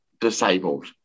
disabled